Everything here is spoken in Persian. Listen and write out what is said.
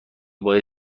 باید